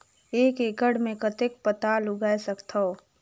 एक एकड़ मे कतेक पताल उगाय सकथव?